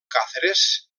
càceres